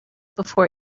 before